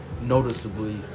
noticeably